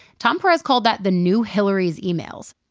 tom perez called that the new hillary's e-mails.